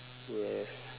yes